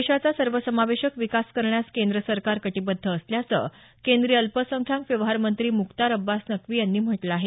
देशाचा सर्व समावेशक विकास करण्यास केंद्र सरकार कटिबद्ध असल्याचं केंद्रीय अल्पसंख्याक व्यवहार मंत्री मुख्तार अब्बास नक्की यांनी म्हटलं आहे